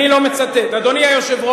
לא היא ביקשה אז, לפני שנה ושנתיים.